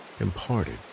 imparted